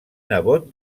nebot